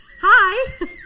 Hi